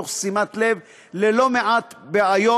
תוך שימת לב ללא מעט בעיות